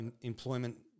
employment